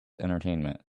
entertainment